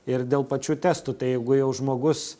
ir dėl pačių testų tai jeigu jau žmogus